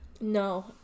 No